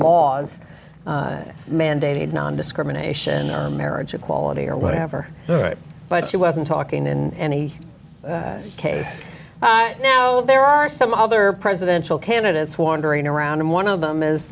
laws mandated nondiscrimination marriage equality or whatever but she wasn't talking in any case now there are some other presidential candidates wandering around and one of them is